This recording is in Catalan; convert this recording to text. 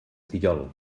fillol